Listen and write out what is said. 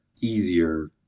easier